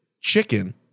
chicken